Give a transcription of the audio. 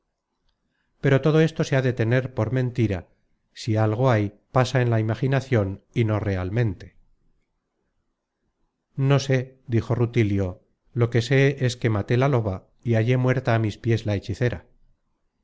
pero todo esto se ha de tener por mentira y si algo hay pasa en la imaginacion y no realmente content from google book search generated at no sé dijo rutilio lo que sé es que maté la loba y hallé muerta á mis piés la hechicera